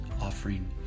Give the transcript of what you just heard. offering